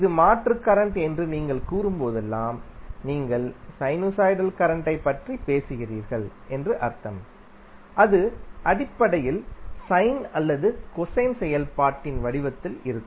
இது மாற்று கரண்ட் என்று நீங்கள் கூறும்போதெல்லாம் நீங்கள் சைனுசாய்டல் கரண்டை பற்றி பேசுகிறீர்கள் என்று அர்த்தம் அது அடிப்படையில் சைன் அல்லது கொசைன் செயல்பாட்டின் வடிவத்தில் இருக்கும்